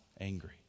angry